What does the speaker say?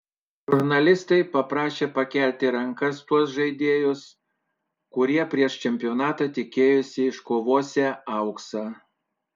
žurnalistai paprašė pakelti rankas tuos žaidėjus kurie prieš čempionatą tikėjosi iškovosią auksą